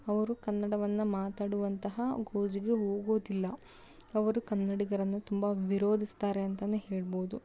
ಅವರು ಕನ್ನಡವನ್ನು ಮಾತಾಡುವಂತಹ ಗೋಜಿಗೆ ಹೋಗೋದಿಲ್ಲ ಅವರು ಕನ್ನಡಿಗರನ್ನು ತುಂಬ ವಿರೋಧಿಸ್ತಾರೆ ಅಂತನೇ ಹೇಳ್ಬೋದು